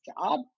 job